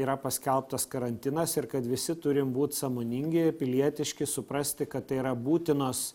yra paskelbtas karantinas ir kad visi turim būt sąmoningi pilietiški suprasti kad tai yra būtinos